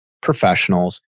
professionals